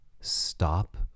Stop